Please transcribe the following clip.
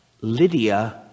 Lydia